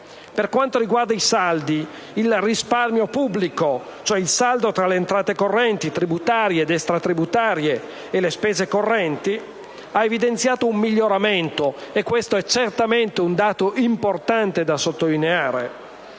Per quanto riguarda i saldi, il risparmio pubblico, vale a dire il saldo tra le entrate correnti, tributarie ed extratributarie, e le spese correnti, ha evidenziato un miglioramento. Questo è certamente un dato importante da sottolineare.